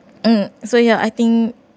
uh so ya I think